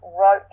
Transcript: wrote